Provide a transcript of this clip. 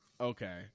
Okay